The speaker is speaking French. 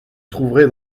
trouverez